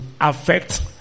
affect